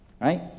right